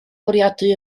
bwriadu